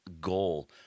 goal